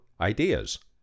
ideas